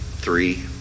Three